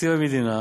בתקציב המדינה